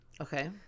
Okay